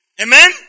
Amen